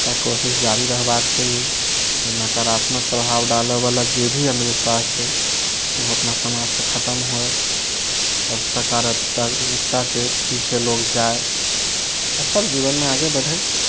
तँ कोशिश जारी रहबाक चाही जे नकारात्मक प्रभाव डालए वला जे भी अन्धविश्वास छै ओ अपना समाज सँ खतम हुए आओर सकारात्मकता के पिछे लोग जाय और सब जीवन मे आगे बढ़य